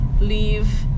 leave